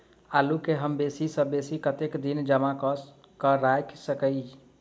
आलु केँ हम बेसी सऽ बेसी कतेक दिन जमा कऽ क राइख सकय